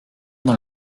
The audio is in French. dans